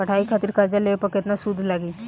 पढ़ाई खातिर कर्जा लेवे पर केतना सूद लागी?